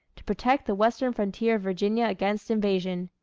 to protect the western frontier of virginia against invasion.